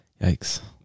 Yikes